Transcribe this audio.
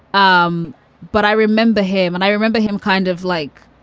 um but i remember him and i remember him kind of like,